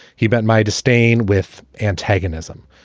he bent my distain with antagonism,